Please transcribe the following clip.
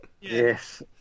Yes